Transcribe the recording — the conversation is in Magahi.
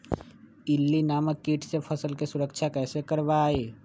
इल्ली नामक किट से फसल के सुरक्षा कैसे करवाईं?